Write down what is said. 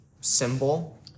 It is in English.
symbol